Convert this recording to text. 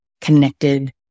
connected